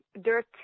dirt